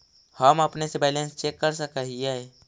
हम अपने से बैलेंस चेक कर सक हिए?